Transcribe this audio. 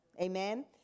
Amen